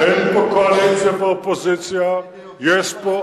סליחה, אין פה קואליציה ואופוזיציה.